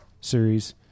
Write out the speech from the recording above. series